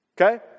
Okay